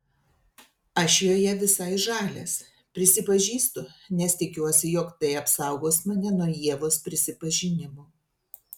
aš joje visai žalias prisipažįstu nes tikiuosi jog tai apsaugos mane nuo ievos prisipažinimų